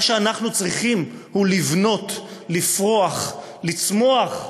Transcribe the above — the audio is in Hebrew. מה שאנחנו צריכים הוא לבנות, לפרוח, לצמוח,